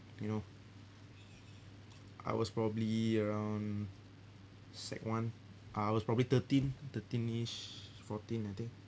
you know I was probably around sec one I was probably thirteen thirteen-ish years fourteen I think